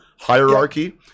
hierarchy